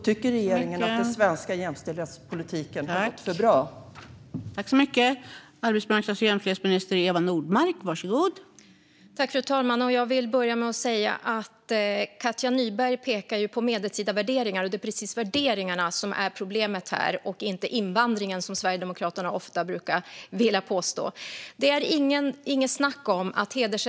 Tycker regeringen att den svenska jämställdhetspolitiken har gått för bra?